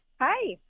Hi